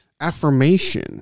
affirmation